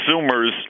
consumers